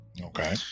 Okay